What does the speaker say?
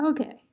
Okay